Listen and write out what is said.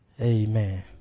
Amen